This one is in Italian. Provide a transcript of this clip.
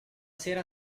sera